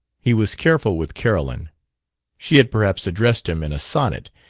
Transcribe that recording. he was careful with carolyn she had perhaps addressed him in a sonnet,